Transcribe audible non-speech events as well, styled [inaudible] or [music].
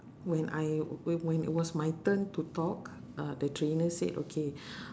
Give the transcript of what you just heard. when I wh~ when it was my turn to talk uh the trainer said okay [breath]